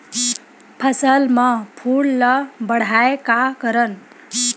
फसल म फूल ल बढ़ाय का करन?